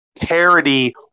parody